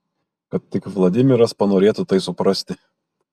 kad tik vladimiras panorėtų tai suprasti